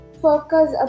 Focus